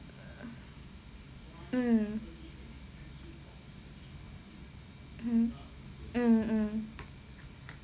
mm mmhmm mm mm